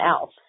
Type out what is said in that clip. else